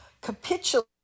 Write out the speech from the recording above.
capitulate